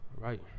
right